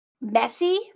messy